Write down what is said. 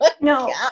No